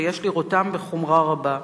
ויש לראותם בחומרה רבה.